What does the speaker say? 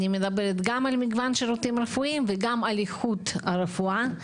אני מדברת גם על מגוון השירותים הרפואיים וגם על איכות הרפואה,